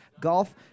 golf